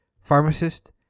pharmacist